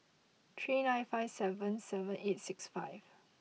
three nine five seven seven eight six five